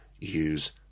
Use